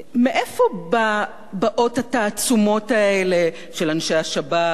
מאיפה באות התעצומות האלה, של אנשי השב"כ,